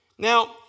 Now